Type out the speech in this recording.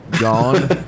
Gone